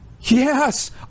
Yes